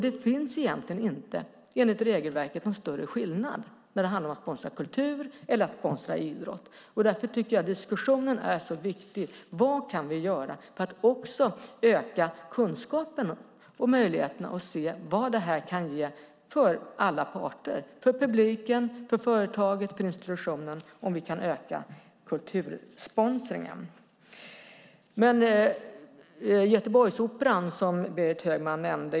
Det finns enligt regelverket egentligen ingen större skillnad mellan att sponsra kultur eller att sponsra idrott. Därför tycker jag att det är viktigt att diskutera vad vi kan göra för att öka kunskapen och möjligheterna att se vad det kan ge för alla parter - för publiken, för företaget och för institutionen - om vi kan öka kultursponsringen. Berit Högman nämnde Göteborgsoperan.